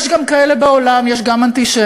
יש גם כאלה בעולם, יש גם אנטישמים.